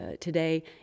today